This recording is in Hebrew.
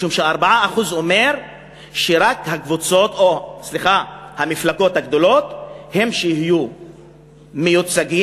משום ש-4% אומר שרק המפלגות הגדולות הן שיהיו מיוצגות,